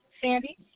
Sandy